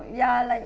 ya like